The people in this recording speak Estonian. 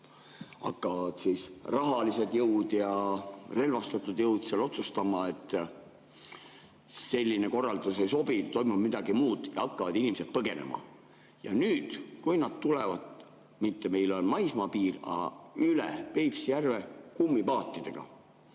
hakkavad rahalised jõud ja relvastatud jõud otsustama, et selline korraldus ei sobi, toimub midagi muud, ja hakkavad inimesed põgenema. Ja nüüd, kui nad tulevad mitte üle maismaapiiri, vaid üle Peipsi järve kummipaatidega.